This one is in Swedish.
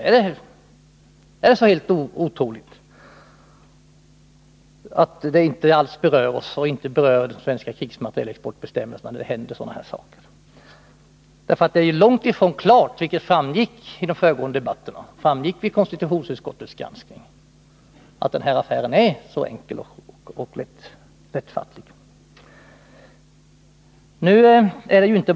Är det så helt otroligt att det inte alls berör de svenska krigsmaterielexportbestämmelserna när det händer sådana "här saker? Det är ju långt ifrån klart, vilket framgick av de föregående debatterna och av konstitutionsutskottets granskning, att den här affären är så enkel och lättfattlig.